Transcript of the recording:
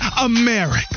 America